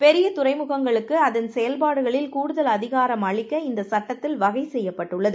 பெரியதுறைமுகங்களுக்குஅதன்செயல்பாடுகளில்கூடுத ல்அதிகாரம்அளிக்கஇந்தசட்டத்தில்வகைசெய்யப்பட்டுள் ளது